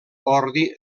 ordi